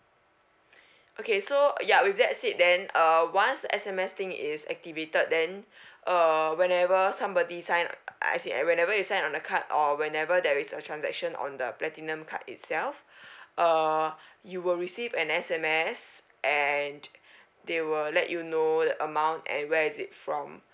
okay so ya with that said then uh once the S_M_S thing is activated then uh whenever somebody sign uh as in whenever you sign on the card or whenever there is a transaction on the platinum card itself uh you will receive an S_M_S and they will let you know the amount and where is it from